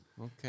Okay